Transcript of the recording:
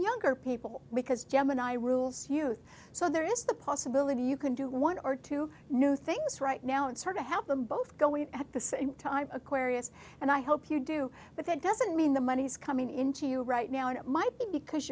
younger people because gemini rules youth so there is the possibility you can do one or two new things right now and start to help them both going at the same time aquarius and i hope you do but that doesn't mean the money's coming into you right now it might be because